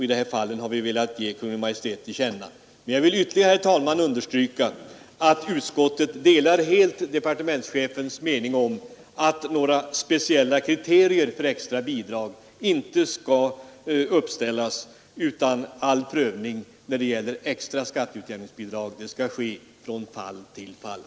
I dessa fall har vi velat ge Kungl. Maj:t till känna vad utskottet anfört. Jag vill ytterligare, herr talman, understryka att utskottet helt delar departementschefens mening om att några speciella kriterier för extra bidrag inte skall uppställas, utan att all prövning när det gäller extra skatteutjämningsbidrag skall göras från fall till fall.